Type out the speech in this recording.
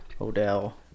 Odell